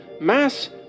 mass